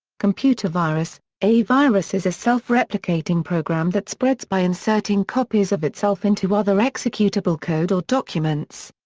computer virus a virus is a self-replicating program that spreads by inserting copies of itself into other executable code or documents.